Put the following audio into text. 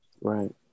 Right